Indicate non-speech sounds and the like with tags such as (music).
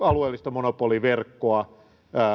(unintelligible) alueellista monopoliverkkoa